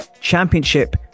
Championship